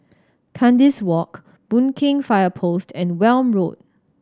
Kandis Walk Boon Keng Fire Post and Welm Road